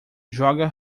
joga